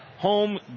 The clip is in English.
Home